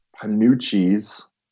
Panucci's